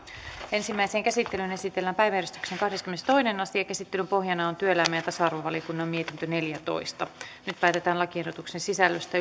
ensimmäiseen käsittelyyn esitellään päiväjärjestyksen kahdeskymmenestoinen asia käsittelyn pohjana on työelämä ja tasa arvovaliokunnan mietintö neljätoista nyt päätetään lakiehdotuksen sisällöstä